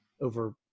over